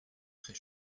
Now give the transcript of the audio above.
très